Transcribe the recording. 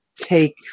Take